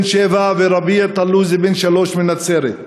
בן שבע, ורביע טלוזי, בן שלוש, מנצרת,